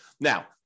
Now